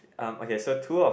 um okay so two of